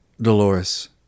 Dolores